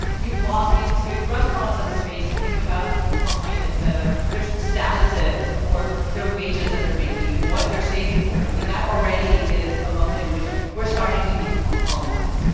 you walk into restaurants as a space, and think about the people behind it, the, their statuses, or their wages that they're making, and what they're saving for, i mean that already is a moment in which we're starting to decolonize.